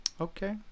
Okay